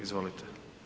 Izvolite.